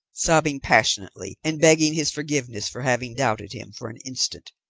sobbing passionately, and begging his forgiveness for having doubted him for an instant,